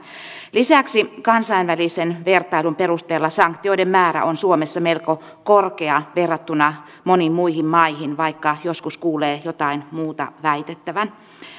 lisäksi kansainvälisen vertailun perusteella sanktioiden määrä on suomessa melko korkea verrattuna moniin muihin maihin vaikka joskus kuulee jotain muuta väitettävän